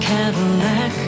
Cadillac